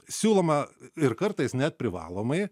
siūloma ir kartais net privalomai